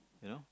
you know